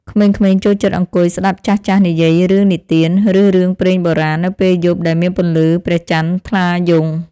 ក្មេងៗចូលចិត្តអង្គុយស្តាប់ចាស់ៗនិយាយរឿងនិទាន ឬរឿងព្រេងបុរាណនៅពេលយប់ដែលមានពន្លឺព្រះច័ន្ទថ្លាយង់។